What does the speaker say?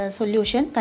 solution